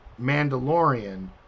mandalorian